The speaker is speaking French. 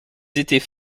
étaient